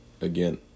again